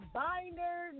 binder